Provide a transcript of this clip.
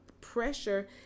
pressure